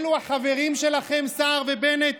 אלה החברים שלכם, סער ובנט?